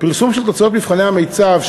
הפרסום של תוצאות מבחני המיצ"ב,